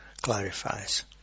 clarifies